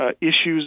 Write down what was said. issues